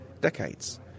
decades